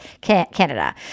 Canada